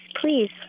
please